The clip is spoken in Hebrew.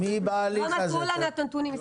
לא נתנו לנו את הנתונים.